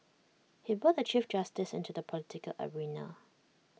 he brought the chief justice into the political arena